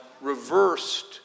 reversed